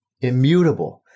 immutable